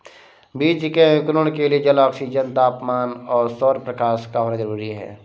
बीज के अंकुरण के लिए जल, ऑक्सीजन, तापमान और सौरप्रकाश का होना जरूरी है